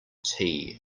tea